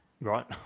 right